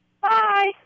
Bye